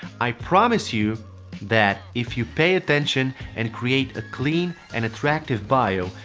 i promise you that if you pay attention and create a clean and attractive bio,